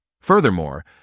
Furthermore